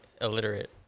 illiterate